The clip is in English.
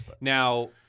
Now –